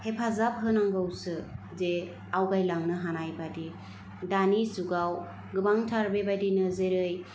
हेफाजाब होनांगौसो जे आवगायलांनो हानाय बादि दानि जुगाव गोबांथार बिबादिनो जेरै